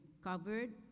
covered